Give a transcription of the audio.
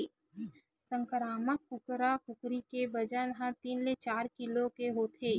संकरामक कुकरा कुकरी के बजन ह तीन ले चार किलो के होथे